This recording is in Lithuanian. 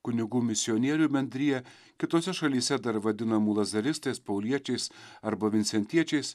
kunigų misionierių bendriją kitose šalyse dar vadinamų lazaristais pauliečiais arba vincentiečiais